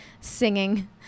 singing